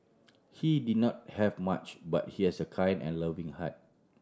he did not have much but he has a kind and loving heart